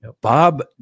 Bob